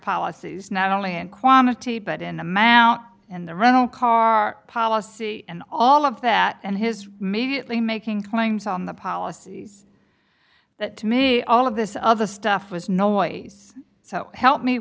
policies not only in quantity but in amount and the rental car policy and all of that and his maybe atlee making claims on the policies that to me all of this other stuff was noise so help me